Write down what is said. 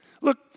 Look